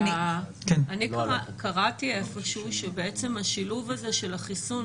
קראתי איפשהו שהשילוב של החיסון,